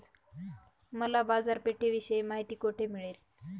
मला बाजारपेठेविषयी माहिती कोठे मिळेल?